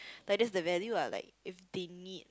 but that's the value ah like if they need